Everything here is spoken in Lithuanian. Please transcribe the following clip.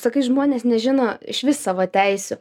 sakai žmonės nežino išvis savo teisių